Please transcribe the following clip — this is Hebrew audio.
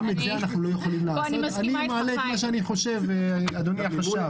אני מעלה את מה שאני חושב, אדוני החשב.